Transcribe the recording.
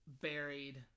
buried